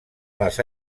les